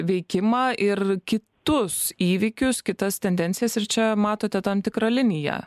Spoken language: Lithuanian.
veikimą ir kitus įvykius kitas tendencijas ir čia matote tam tikrą liniją